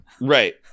right